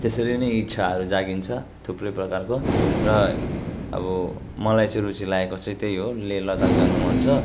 त्यसरी नै इच्छाहरू जागिन्छ थुप्रै प्रकारको र अब मलाई चाहिँ रुचि लागेको चाहिँ त्यही हो लेह लद्दाख जान मन छ